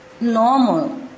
normal